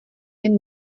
jen